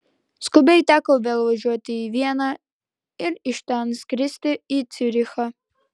skubiai teko vėl važiuoti į vieną ir iš ten skristi į ciurichą